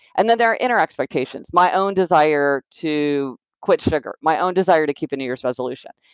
and then there are inner expectations, my own desire to quit sugar, my own desire to keep a new year's resolution,